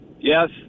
Yes